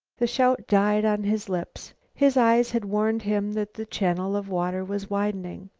the shout died on his lips. his eyes had warned him that the channel of water was widening.